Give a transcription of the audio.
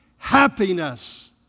Happiness